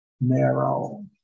narrow